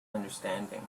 understanding